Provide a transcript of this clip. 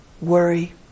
worry